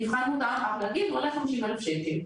מבחן מותאם עולה 50,000 שקל.